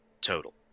total